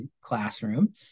classroom